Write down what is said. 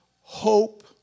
hope